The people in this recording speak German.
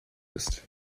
ist